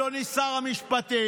אדוני שר המשפטים,